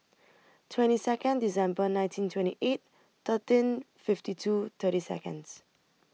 twenty Second December nineteen twenty eight thirteen fifty two thirty Seconds